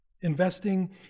investing